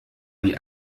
die